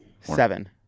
Seven